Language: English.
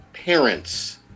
parents